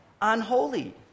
unholy